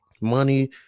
Money